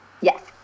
Yes